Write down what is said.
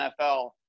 NFL